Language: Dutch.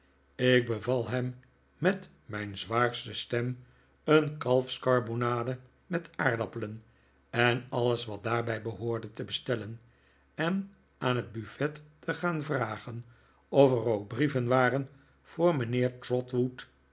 ik beval hem met mijn zwaarste stem een kalfskarbonade met aardappelen en alles wat daarbij behoorde te bestellen en aan het buffet te gaan vragen of er ook brieven waren voor mijnheer